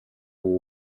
ubu